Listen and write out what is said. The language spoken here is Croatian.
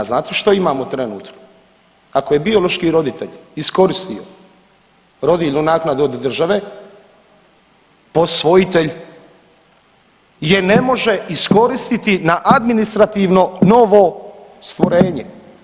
Znate što imamo trenutno, ako je biološki roditelj iskoristio rodiljnu naknadu od države posvojitelj je ne može iskoristiti na administrativno novo stvorenje.